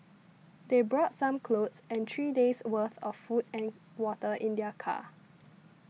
they brought some clothes and three days worth of food and water in their car